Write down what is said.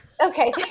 Okay